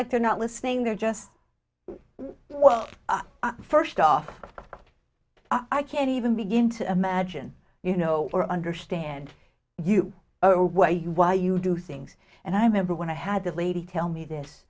like they're not listening they're just well first off i can't even begin to imagine you know or understand you know why you why you do things and i remember when i had this lady tell me this